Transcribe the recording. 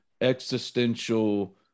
existential